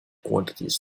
quantities